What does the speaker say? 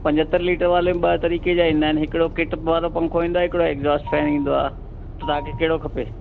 पंजतरि लीटर वाले में ॿ तरीक़े जा ईंदा आहिनि हिकु किट वारो पंखो ईंदो आहे हिकु एड्जोस्ट फैन ईंदो आहे त तव्हांखे कहिड़ो खपे